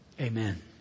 Amen